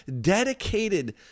dedicated